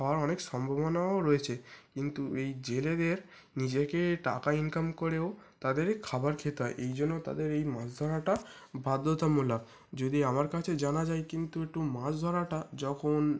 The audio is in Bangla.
হওয়ার অনেক সম্ভাবনাও রয়েছে কিন্তু এই জেলেদের নিজেকে টাকা ইনকাম করেও তাদেরকে খাবার খেতে হয় এই জন্য তাদের এই মাছ ধরাটা বাধ্যতামূলক যদি আমার কাছে জানা যায় কিন্তু একটু মাছ ধরাটা যখন